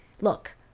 look